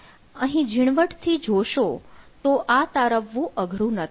અહીં જીણવટ થી જોશો તો આ તારવવું અઘરું નથી